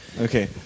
Okay